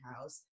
house